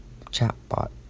chatbot